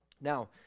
Now